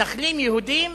מתנחלים יהודים,